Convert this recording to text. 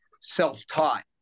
self-taught